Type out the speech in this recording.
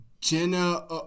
Jenna